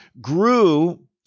grew